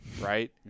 Right